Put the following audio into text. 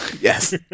Yes